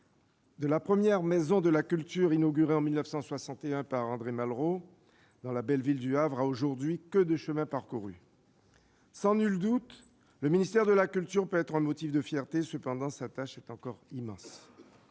de la première maison de la culture inaugurée en 1961 par André Malraux dans la belle ville du Havre à aujourd'hui, quel chemin parcouru ! Sans nul doute, le ministère de la culture peut être un motif de fierté. Cependant, sa tâche est encore immense.